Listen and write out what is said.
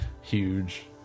huge